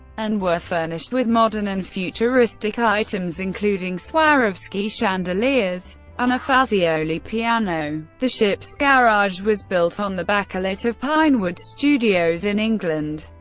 and were furnished with modern and futuristic items, including swarovski chandeliers and a fazioli piano. the ship's garage was built on the backlot of pinewood studios in england.